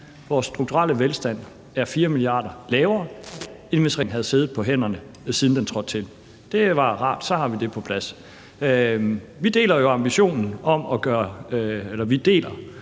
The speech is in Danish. vores strukturelle velstand er 4 mia. kr. lavere, end hvis regeringen havde siddet på hænderne, siden den tiltrådte. Det er rart at få det på plads. Vi deler jo sammen med mange andre partier